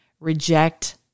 Reject